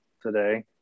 today